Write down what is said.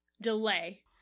delay